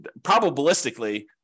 probabilistically